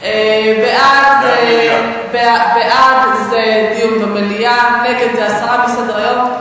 בעד זה דיון במליאה, נגד זה הסרה מסדר-היום.